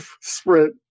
sprint